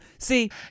See